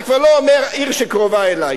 אני כבר לא אומר עיר שקרובה אלי,